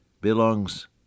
belongs